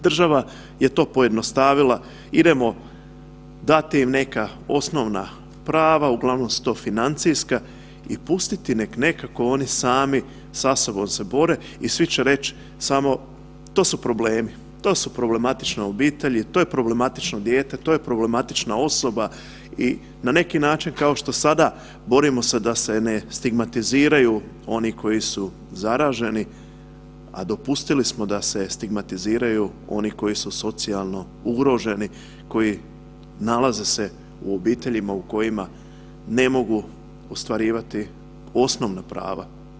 Država je to pojednostavnila, idemo dati im neka osnovna prava, uglavnom su to financijska i pustiti neka nekako oni sami sa sobom se bore i svi će reći samo, to su problemi, to su problematične obitelji, to je problematično dijete, to je problematična osoba i na neki način, kao što sada borimo se da se ne stigmatiziraju oni koji su zaraženi, a dopustili smo da se stigmatiziraju oni koji su socijalno ugroženi, koji nalaze se u obiteljima u kojima ne mogu ostvarivati osnovna prava.